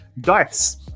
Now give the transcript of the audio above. dice